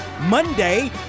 Monday